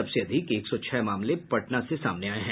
सबसे अधिक एक सौ छह मामले पटना से सामने आये हैं